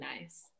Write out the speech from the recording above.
nice